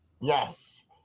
Yes